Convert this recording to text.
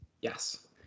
Yes